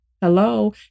Hello